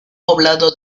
poblado